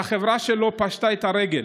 והחברה שלו פשטה את הרגל.